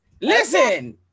listen